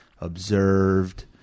observed